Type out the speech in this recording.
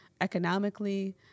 economically